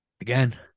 again